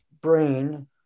brain